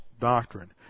doctrine